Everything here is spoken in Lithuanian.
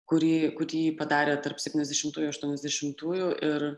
kurį kurį ji padarė tarp septyniasdešimtųjų aštuoniasdešimtųjų